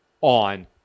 on